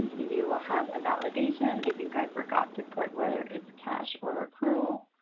you will have a validation. i think i forgot to put whether it's cash or accrual